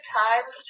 times